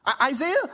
Isaiah